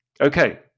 Okay